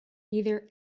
either